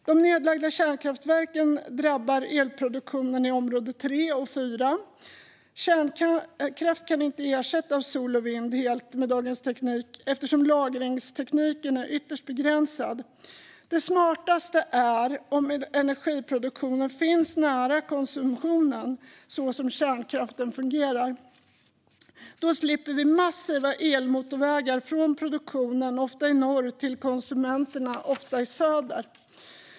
De nedlagda kärnkraftverken drabbar elproduktionen i område 3 och 4. Kärnkraft kan inte helt ersättas av sol och vind med dagens teknik, eftersom lagringstekniken är ytterst begränsad. Det smartaste är om energiproduktionen finns nära konsumtionen, så som kärnkraften har fungerat. Då slipper vi flera massiva elmotorvägar från produktionen, ofta i norr, till konsumenterna, ofta i söder.